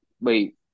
wait